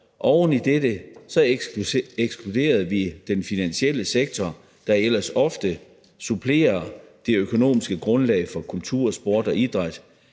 Oven i dette ekskluderede vi den finansielle sektor, der ellers ofte supplerer det økonomiske grundlag for kultur, sport og idræt.